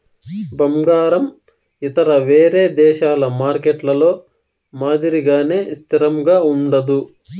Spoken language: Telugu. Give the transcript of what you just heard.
బంగారం ఇతర వేరే దేశాల మార్కెట్లలో మాదిరిగానే స్థిరంగా ఉండదు